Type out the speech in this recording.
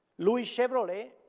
louis chevrolet,